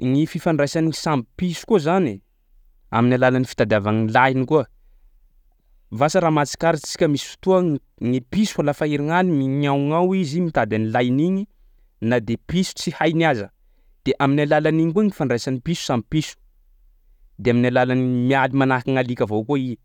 Ny fifandraisan'ny samby piso koa zany amin'ny alalan'ny fitadiava gny lahiny koa, vasa raha matsikaritry tsika misy fotoa n- ny piso lafa herignaly mignaognao izy mitady an'ny lahiny igny na de piso tsy hainy aza de amin'ny alalin'iny koa ny hifandraisan'ny piso samby piso de amin'ny alalan'gny mialy manahaky ny alika avao koa i,